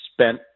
spent